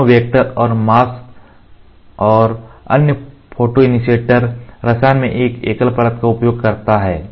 दोनों वेक्टर और मास्क और अन्य फोटोइंटरियेटर रसायन में एक एकल परत का उपयोग करता है